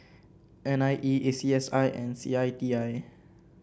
N I E A C S I and C I T I